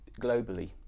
globally